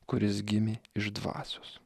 kuris gimė iš dvasios